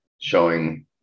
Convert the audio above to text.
showing